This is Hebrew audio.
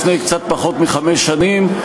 לפני קצת פחות מחמש שנים.